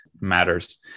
matters